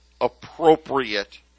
appropriate